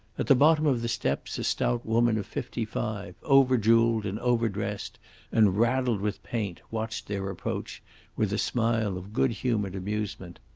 at the bottom of the steps a stout woman of fifty-five over-jewelled, and over-dressed and raddled with paint, watched their approach with a smile of good-humoured amusement.